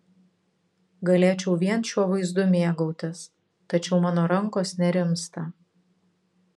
galėčiau vien šiuo vaizdu mėgautis tačiau mano rankos nerimsta